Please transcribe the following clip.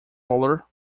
roller